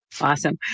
Awesome